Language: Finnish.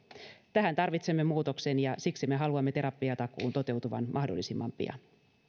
tähän tarvitsemme muutoksen ja siksi me haluamme terapiatakuun toteutuvan mahdollisimman pian